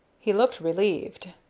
he looked relieved.